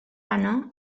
anna